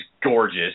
gorgeous